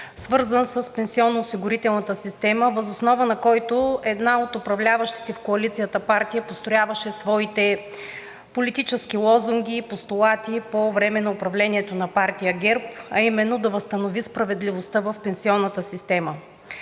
свързан с пенсионноосигурителната система, въз основа на който една от управляващите в Коалицията партии построяваше своите политически лозунги, постулати по време на управлението на партия ГЕРБ, а именно да възстанови справедливостта в пенсионната система.